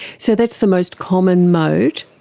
so that's the most common mode?